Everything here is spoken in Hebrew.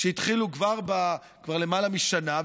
שהתחילו כבר למעלה משנה,